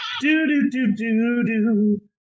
Do-do-do-do-do